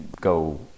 go